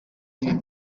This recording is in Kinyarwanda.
ibi